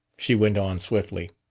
she went on swiftly.